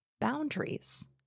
boundaries